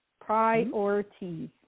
Priorities